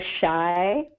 shy